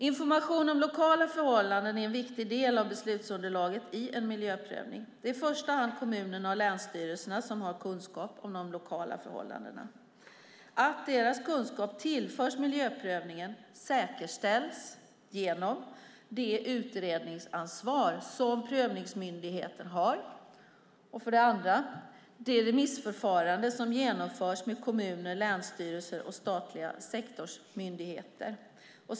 Information om lokala förhållanden är en viktig del av beslutsunderlaget i en miljöprövning. Det är i första hand kommunerna och länsstyrelserna som har kunskap om de lokala förhållandena. Att deras kunskap tillförs miljöprövningen säkerställs genom, för det första, det utredningsansvar som prövningsmyndigheten har och, för det andra, det remissförfarande som genomförs med kommuner, länsstyrelser och statliga sektorsmyndigheter.